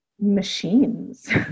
machines